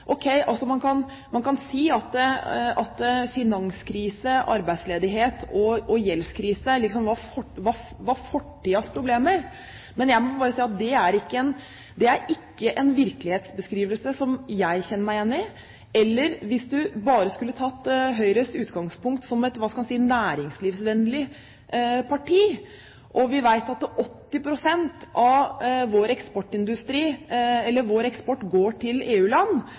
man kan si at finanskrise, arbeidsledighet og gjeldskrise var fortidens problemer, men jeg må bare si at det er ikke en virkelighetsbeskrivelse som jeg kjenner meg igjen i. Hvis vi bare skulle tatt Høyres utgangspunkt, som et næringslivsvennlig parti, når vi vet at 80 pst. av vår eksport går til EU-land – hvis vi bare hadde tatt den «hatten» – skulle utenrikskomiteens leder absolutt erkjent at finanskrise, gjeldskrise og arbeidsledighet også kommer til